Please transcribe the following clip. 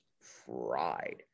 fried